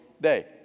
day